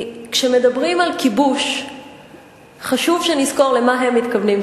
כשהממוצע בעשור האחרון על פני כל שנה היה 15,000 בשנה,